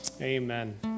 Amen